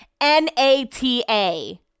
N-A-T-A